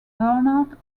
bernard